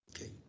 Okay